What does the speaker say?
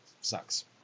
sucks